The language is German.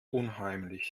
unheimlich